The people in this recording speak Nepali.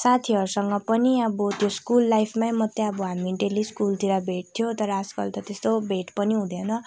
साथीहरूसँग पनि अब त्यो स्कुल लाइफमै मात्रै हामी डेली स्कुलतिर भेट्थ्यो तर आजकल त त्यस्तो भेट पनि हुँदैन